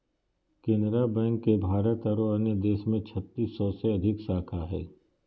Canara bank के भारत आरो अन्य देश में छत्तीस सौ से अधिक शाखा हइ